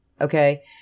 Okay